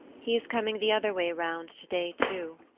he is coming the other way round to-day too.